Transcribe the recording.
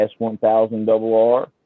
S1000RR